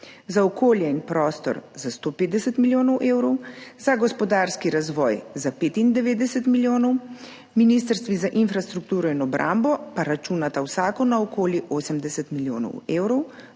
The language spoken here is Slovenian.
za okolje in prostor za 150 milijonov evrov, za gospodarski razvoj za 95 milijonov, ministrstvi za infrastrukturo in obrambo pa računata vsako na okoli 80 milijonov evrov